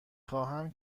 خواهم